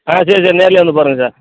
ஆ சரி சரி நேர்லேயே வந்துப் பாருங்கள் சார்